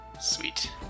Sweet